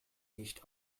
nicht